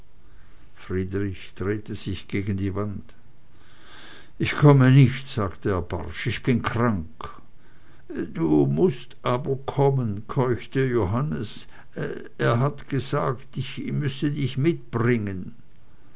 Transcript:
friedrich drehte sich gegen die wand ich komme nicht sagte er barsch ich bin krank du mußt aber kommen keuchte johannes er hat gesagt ich müßte dich mitbringen